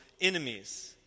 enemies